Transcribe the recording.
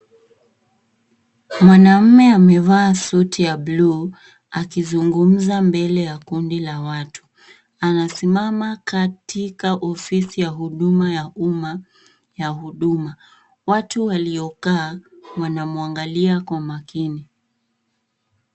Mwanamume amevaa suti ya bluu akizungumza mbele ya kundi la watu. Anasimama katika ofisi ya huduma ya umma ya huduma. Watu waliokaa wanamwangalia kwa makini.